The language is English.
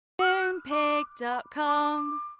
Moonpig.com